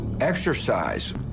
exercise